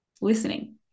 listening